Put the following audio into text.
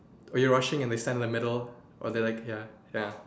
when you're rushing and they stand in the middle or they're like ya ya